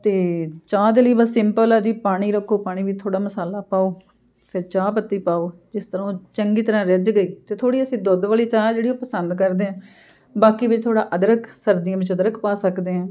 ਅਤੇ ਚਾਹ ਦੇ ਲਈ ਬਸ ਸਿੰਪਲ ਆ ਜੀ ਪਾਣੀ ਰੱਖੋ ਪਾਣੀ ਵਿੱਚ ਥੋੜ੍ਹਾ ਮਸਾਲਾ ਪਾਓ ਫਿਰ ਚਾਹ ਪੱਤੀ ਪਾਓ ਜਿਸ ਤਰਾਂ ਉਹ ਚੰਗੀ ਤਰ੍ਹਾਂ ਰਿੱਝ ਗਈ ਅਤੇ ਥੋੜ੍ਹੀ ਅਸੀਂ ਦੁੱਧ ਵਾਲੀ ਚਾਹ ਜਿਹੜੀ ਉਹ ਪਸੰਦ ਕਰਦੇ ਹਾਂ ਬਾਕੀ ਵਿੱਚ ਥੋੜ੍ਹਾ ਅਦਰਕ ਸਰਦੀਆਂ ਵਿਚ ਅਦਰਕ ਪਾ ਸਕਦੇ ਹਾਂ